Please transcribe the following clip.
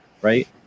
right